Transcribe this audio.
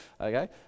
Okay